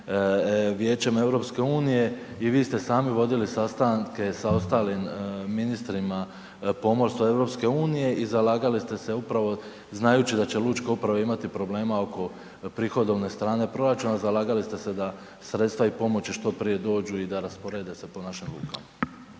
Vijećem EU, i vi ste sami vodili sastanke sa ostalim ministrima pomorstva i EU i zalagali ste se upravo znajući da će lučke uprave imati problema oko prihodovne strane proračuna, zalagali ste se da sredstva i pomoći što prije dođu i da rasporede se po našim lukama.